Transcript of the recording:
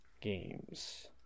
Games